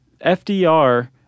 FDR